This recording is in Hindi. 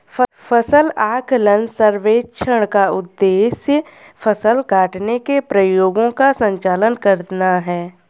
फसल आकलन सर्वेक्षण का उद्देश्य फसल काटने के प्रयोगों का संचालन करना है